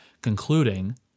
concluding